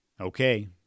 Okay